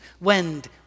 Wind